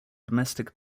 domestic